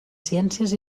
ciències